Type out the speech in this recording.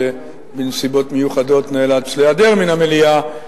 שבנסיבות מיוחדות נאלץ להיעדר מן המליאה,